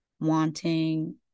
wanting